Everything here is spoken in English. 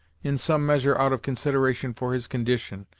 in some measure out of consideration for his condition,